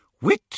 Wit